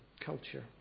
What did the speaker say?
culture